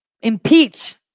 impeach